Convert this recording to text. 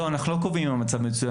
אנחנו לא קובעים אם המצב הוא מצוין.